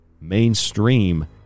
mainstream